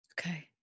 Okay